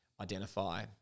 identify